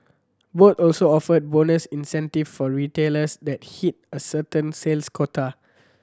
both also offered bonus incentive for retailers that hit a certain sales quota